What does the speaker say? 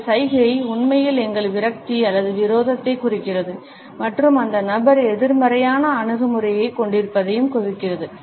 இந்த சைகை உண்மையில் எங்கள் விரக்தி அல்லது விரோதத்தை குறிக்கிறது மற்றும் அந்த நபர் எதிர்மறையான அணுகுமுறையைக் கொண்டிருப்பதையும் குறிக்கிறது